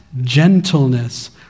gentleness